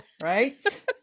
right